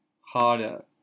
harder